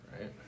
Right